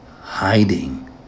hiding